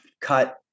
cut